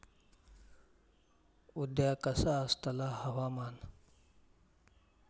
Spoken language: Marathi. उद्या कसा आसतला हवामान?